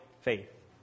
faith